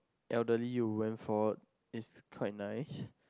elderly will went for it's quite nice